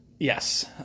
Yes